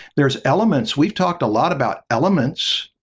there's elements, we've talked a lot about elements.